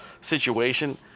situation